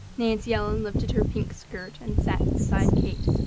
nancy ellen lifted her pink skirt and sat beside kate.